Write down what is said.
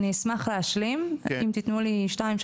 אני אשמח להשלים אם תתנו לי שתיים,